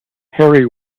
harry